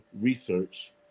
research